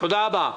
תודה רבה.